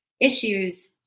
issues